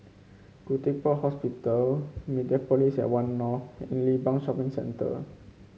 Khoo Teck Puat Hospital Mediapolis at One North and Limbang Shopping Centre